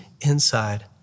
inside